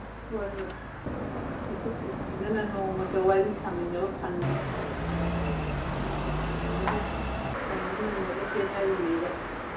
ꯍꯣꯏ ꯍꯣꯏ ꯅꯣꯡꯃꯇ ꯋꯥꯔꯤ ꯁꯥꯃꯤꯟꯅꯕ ꯐꯪꯗꯦ ꯎꯝ ꯃꯥꯒꯤ ꯃꯥꯏꯒꯤ ꯅꯪꯅ ꯅꯪꯅꯕ ꯆꯦꯟꯅꯔꯤꯉꯩꯗ